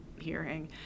hearing